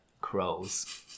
crows